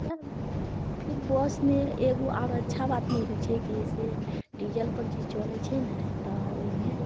फिर बसमे एगो आओर अच्छा बात ई होइ छै से डीजलपर जे चलै छै ने तऽ ओइमे